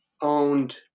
owned